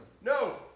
No